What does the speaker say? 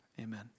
Amen